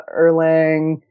Erlang